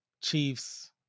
chiefs